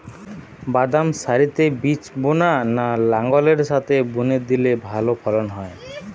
বাদাম সারিতে বীজ বোনা না লাঙ্গলের সাথে বুনে দিলে ভালো ফলন হয়?